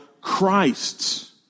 Christ